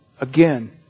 again